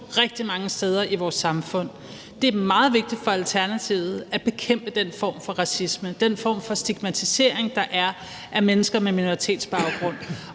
rigtig mange steder i vores samfund. Det er meget vigtigt for Alternativet at bekæmpe den form for racisme, den form for stigmatisering, der er, af mennesker med minoritetsbaggrund.